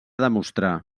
demostrar